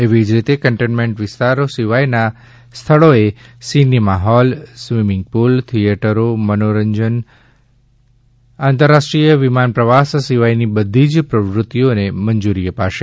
એવી જ રીતે કન્ટેનમેન્ટ વિસ્તારો સિવાયના સ્થળોએ સિનેમા હોલ સ્વિમીંગ પુલ થિયેટરો મનોરંજન આંતરરાષ્ટ્રીય વિમાન પ્રવાસ સિવાયની બધી જ પ્રવૃત્તિઓને મંજૂરી અપાશે